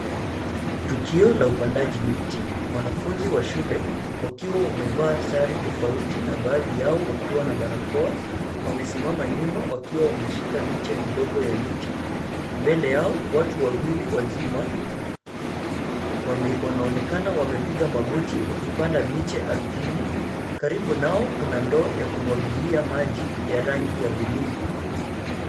Tukio la upandaji miti. Wanafunzi wa shule wakiwa wamevaa sare tofauti na baadhi yao wakiwa na barakoa, wamesimama nyuma wakiwa wameshika miche ndogo ya miti. Mbele yao, watu wawili wazima wanaonekana wamepiga magoti wakipanda miche ardhini. Karibu nao, kuna ndoo ya kumwagilia maji ya rangi ya bluu.